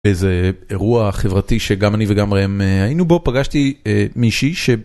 איזה אירוע חברתי שגם אני וגם ראם היינו בו, פגשתי מישהי ש...